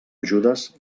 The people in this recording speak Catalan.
ajudes